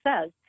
says